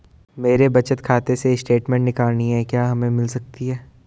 मेरे बचत खाते से स्टेटमेंट निकालनी है क्या हमें मिल सकती है?